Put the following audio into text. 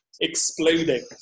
exploding